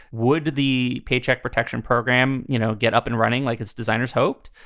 would the paycheck protection program, you know, get up and running like its designers hoped,